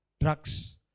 Drugs